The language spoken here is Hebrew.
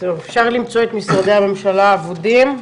אפשר למצוא את משרדי הממשלה האבודים?